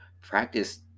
practice